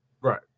Right